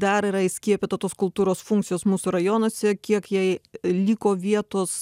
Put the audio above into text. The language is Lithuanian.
dar yra įskiepyta tos kultūros funkcijos mūsų rajonuose kiek jai liko vietos